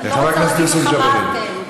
חבר הכנסת יוסף ג'בארין.